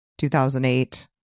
2008